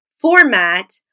format